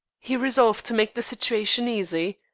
he resolved to make the situation easy.